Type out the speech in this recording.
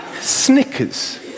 Snickers